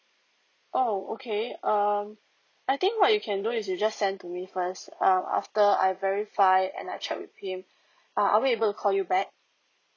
oh okay um I think what you can do is you just send to me first err after I verify and I check with him err I will able to call you back